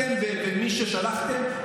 אתם ומי ששלחתם,